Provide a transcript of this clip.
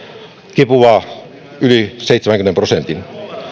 kipuaa yli seitsemänkymmenen prosentin